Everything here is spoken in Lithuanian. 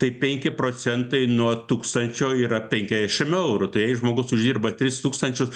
tai penki procentai nuo tūkstančio yra penkiasdešim eurų tai jei žmogus uždirba tris tūkstančius